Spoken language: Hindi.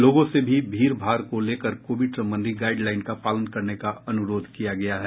लोगों से भी भीड़ भाड़ को लेकर कोविड संबंधी गाईडलाईन का पालन करने का अनुरोध किया गया है